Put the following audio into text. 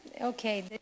okay